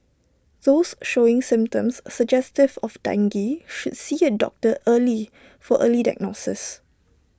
those showing symptoms suggestive of dengue should see A doctor early for early diagnosis